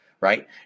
Right